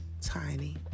tiny